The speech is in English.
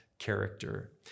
character